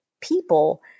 people